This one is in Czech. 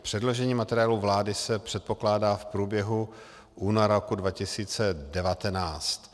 Předložení materiálu vládě se předpokládá v průběhu února roku 2019.